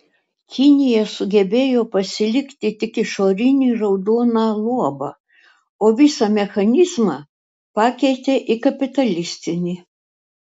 kinija sugebėjo pasilikti tik išorinį raudoną luobą o visą mechanizmą pakeitė į kapitalistinį